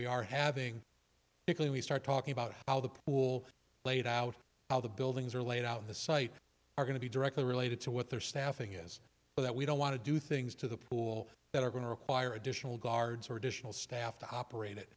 we are having because we start talking about how the pool laid out how the buildings are laid out on the site are going to be directly related to what their staffing is so that we don't want to do things to the pool that are going to require additional guards or additional staff to operate it